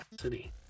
City